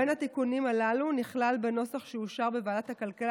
בין התיקונים הללו נכלל בנוסח שאושר בוועדת הכלכלה